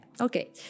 okay